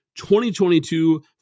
2022